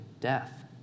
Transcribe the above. death